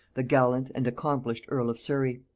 the gallant and accomplished earl of surry.